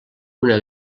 una